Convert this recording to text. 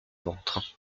ventre